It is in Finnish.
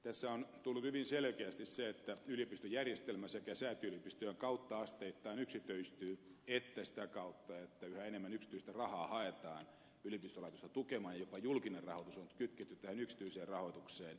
tässä on tullut hyvin selkeästi esille se että yliopistojärjestelmä asteittain yksityistyy sekä säätiöyliopistojen kautta että sitä kautta että yhä enemmän yksityistä rahaa haetaan yliopistolaitosta tukemaan ja jopa julkinen rahoitus on kytketty tähän yksityiseen rahoitukseen